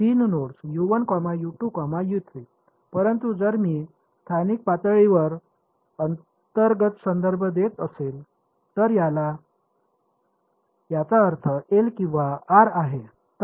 तीन नोड्स परंतु जर मी स्थानिक पातळीवर अंतर्गत संदर्भ देत असेल तर याचा अर्थ एल किंवा आर आहे